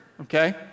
Okay